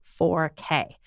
4K